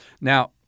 Now